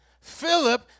Philip